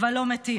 אבל לא מתים.